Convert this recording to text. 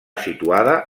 situada